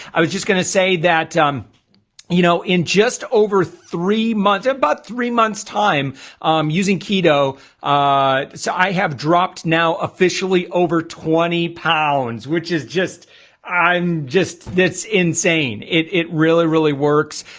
i was just gonna say that um you know in just over three months about three months time using kido so i have dropped now officially over twenty pounds, which is just i'm just that's insane. it it really really works.